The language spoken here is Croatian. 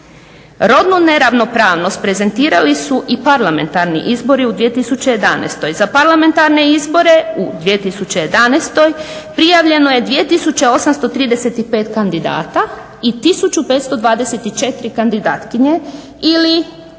Rodnu neravnopravnost prezentirali su i parlamentarni izbori u 2011. Za parlamentarne izbore u 2011. prijavljeno je 2835 kandidata i 1524 kandidatkinje ili